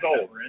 old